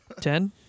Ten